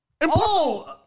Impossible